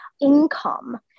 income